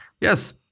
Yes